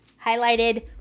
highlighted